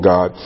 God